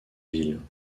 ville